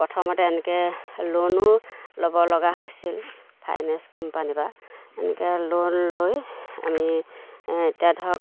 প্ৰথমতে এনেকৈ লোনো ল'ব লগা হৈছিল ফাইনেন্স কোম্পানীৰপৰা এনেকৈ লোন লৈ আমি এতিয়া ধৰক